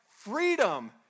freedom